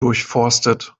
durchforstet